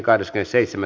asia